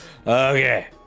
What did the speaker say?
Okay